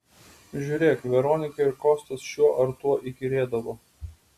žiūrėk veronikai ir kostas šiuo ar tuo įkyrėdavo